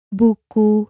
buku